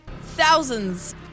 thousands